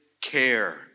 care